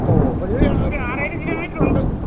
ഓ ഇപ്പം അത് ഒരു ആറേഴ് കിലോമീറ്റർ ഉണ്ട്